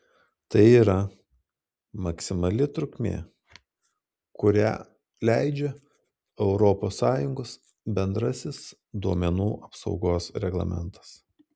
tai yra maksimali trukmė kurią leidžia europos sąjungos bendrasis duomenų apsaugos reglamentas